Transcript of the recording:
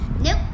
Nope